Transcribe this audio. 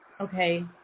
Okay